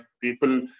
people